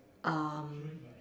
um